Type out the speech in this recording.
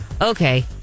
Okay